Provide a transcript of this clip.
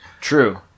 True